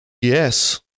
Yes